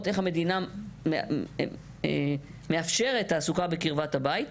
איך המדינה מאפשרת תעסוקה בקרבת הבית.